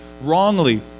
wrongly